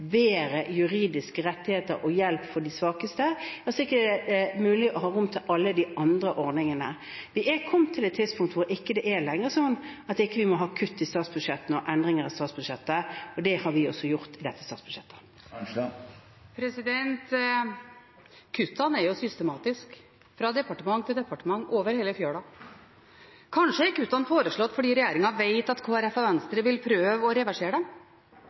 bedre juridiske rettigheter og hjelp til de svakeste, ja så er det ikke mulig å ha rom for alle de andre ordningene. Vi er kommet til et punkt hvor det ikke lenger er sånn at vi ikke må ha kutt og endringer i statsbudsjettene – det har vi altså gjort i dette statsbudsjettet. Kuttene er jo systematiske – i departement etter departement – over hele fjøla. Kanskje er kuttene foreslått fordi regjeringen vet at Kristelig Folkeparti og Venstre vil prøve å reversere dem.